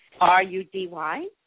R-U-D-Y